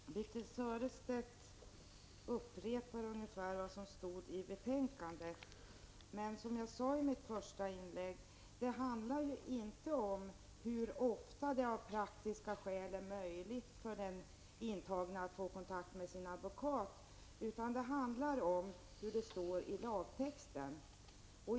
Herr talman! Birthe Sörestedt upprepar ungefär vad som står i betänkandet. Men som jag sade i mitt första inlägg handlar det inte om hur ofta det av praktiska skäl är möjligt för den intagne att få kontakt med sin advokat, utan det handlar om vad som står i lagtexten.